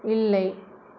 இல்லை